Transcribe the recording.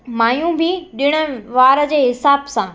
माइयूं बि ॾिण वार जे हिसाब सां